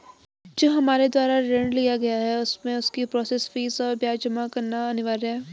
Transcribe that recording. जो हमारे द्वारा ऋण लिया गया है उसमें उसकी प्रोसेस फीस और ब्याज जमा करना अनिवार्य है?